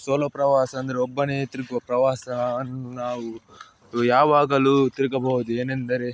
solo ಪ್ರವಾಸ ಅಂದರೆ ಒಬ್ಬನೇ ತಿರುಗುವ ಪ್ರವಾಸ ಅನ್ನು ನಾವು ಯಾವಾಗಲೂ ತಿರುಗಬಹುದು ಏನೆಂದರೆ